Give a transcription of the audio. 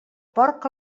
porc